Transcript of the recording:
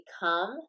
become